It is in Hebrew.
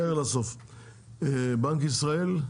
בנק ישראל.